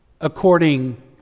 according